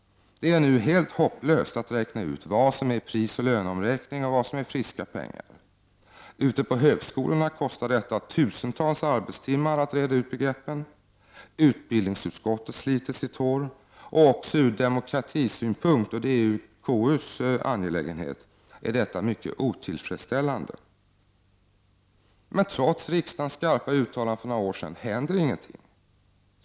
Det är nu helt hopplöst att räkna ut vad som är prisoch löneomräk ning och vad som är friska pengar. Ute på högskolorna kostar det tusentals arbetstimmar att reda ut begreppen. Utbildningsutskottet sliter sitt hår. Också ur demokratisynpunkt — och det är KUs angelägenhet — är detta mycket otillfredsställande. Men trots riksdagens skarpa uttalande för några år sedan händer inget.